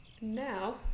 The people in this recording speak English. Now